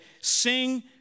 sing